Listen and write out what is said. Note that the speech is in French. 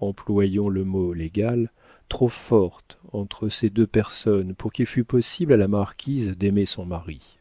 employons le mot légal trop fortes entre ces deux personnes pour qu'il fût possible à la marquise d'aimer son mari